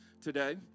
today